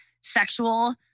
sexual